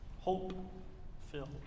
Hope-filled